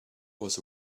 was